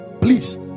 please